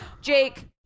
Jake